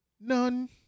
None